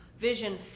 vision